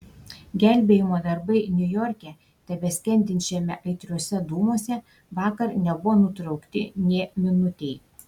gelbėjimo darbai niujorke tebeskendinčiame aitriuose dūmuose vakar nebuvo nutraukti nė minutei